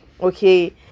Okay